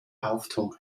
haftung